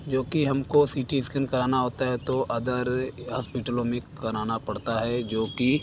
जो कि हम को सी टी इस्कैन कराना होता है तो अदर हस्पिटलों में कराना पड़ता है जो कि